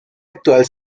actual